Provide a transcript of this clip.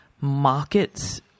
markets